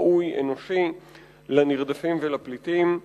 ראוי ואנושי לנרדפים ולפליטים.